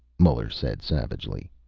muller said savagely.